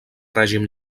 règim